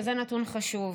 וזה נתון חשוב,